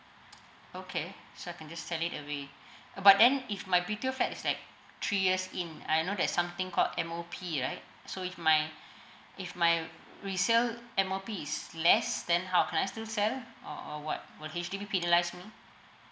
okay so I can just sell it away but then if my B_T_O flat is like three years in I know there's something called M_O_P right so if my if my resale M_O_P is less then how can I still sell or what will H_D_B penalise me